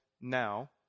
now